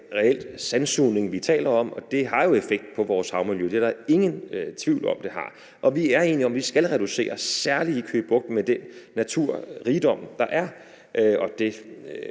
Det er jo reelt sandsugning, vi taler om, og det har jo en effekt på vores havmiljø – det er der ingen tvivl om at det har – og vi er enige om, at vi skal reducere det, særlig i Køge Bugt med den naturrigdom, der er,